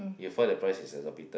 you'll find that the price is exorbitant